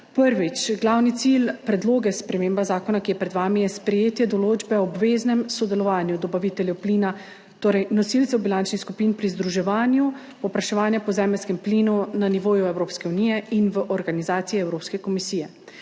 Prvič, glavni cilj predloga spremembe zakona, ki je pred vami, je sprejetje določbe o obveznem sodelovanju dobaviteljev plina, torej nosilcev bilančnih skupin pri združevanju povpraševanja po zemeljskem plinu na nivoju Evropske unije in v organizaciji Evropske komisije.